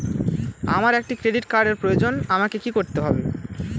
আমার একটি ক্রেডিট কার্ডের প্রয়োজন আমাকে কি করতে হবে?